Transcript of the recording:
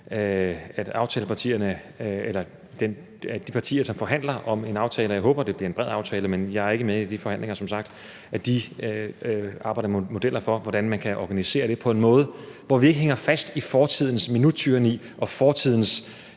kan jeg forstå, at de partier, som forhandler om en aftale – og jeg håber, at det bliver en bred aftale, men jeg er som sagt ikke med i de forhandlinger – arbejder med modeller for, hvordan man kan organisere det på en måde, hvor vi ikke hænger fast i fortidens minuttyranni og fortidens